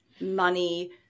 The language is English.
money